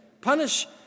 Punish